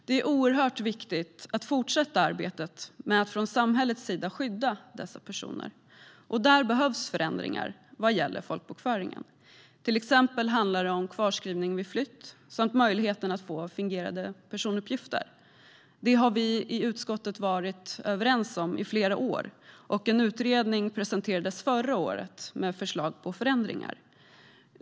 Det är oerhört viktigt att samhället fortsätter arbetet med att skydda dessa personer, och där behövs förändringar vad gäller folkbokföringen. Det handlar till exempel om kvarskrivning vid flytt samt möjligheten att få fingerade personuppgifter. Detta har vi i utskottet varit överens om i flera år, och en utredning presenterades förra året med förslag på förändringar.